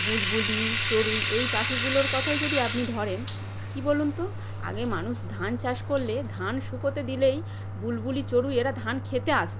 বুলবুলি চড়ুই এই পাখিগুলোর কথাই যদি আপনি ধরুন কী বলুন তো আগে মানুষ ধান চাষ করলে ধান শুকোতে দিলেই বুলবুলি চড়ুই এরা ধান খেতে আসত